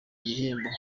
igihembo